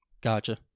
Gotcha